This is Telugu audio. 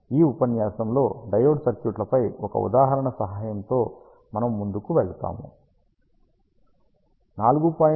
ఈ ఉపన్యాసంలో డయోడ్ సర్క్యూట్లపై ఒక ఉదాహరణ సహాయంతో మనము ముందుకు వెళ్తాము